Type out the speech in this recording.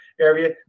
area